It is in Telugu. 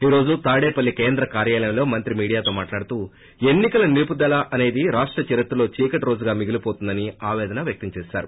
ఈ రోజు తాడేపల్లి కేంద్ర కార్యాలయంలో మంత్రి మీడియా తో మాట్లాడుతూ ఎన్ని కల నిలుపుదల అనేది రాష్ట చరిత్రలో చీకటి రోజుగా మిగిలిపోతుందని ఆపేదన వ్యక్తం చేసారు